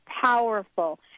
powerful